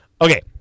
Okay